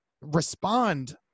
respond